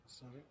sorry